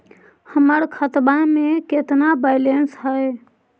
हमर खतबा में केतना बैलेंस हई?